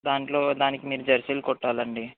దాంట్లో దానికి మీరు జెర్సీలు కుట్టాలండీ